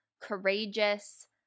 courageous